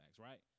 right